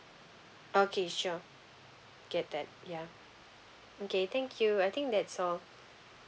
okay sure get that yeah okay thank you I think that's all